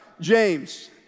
James